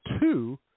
two